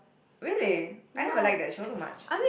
really I never liked that show too much